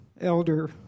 elder